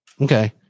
Okay